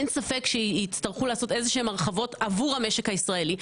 אין ספק שיצטרכו לעשות איזה שהן הרחבות עבור המשק הישראלי,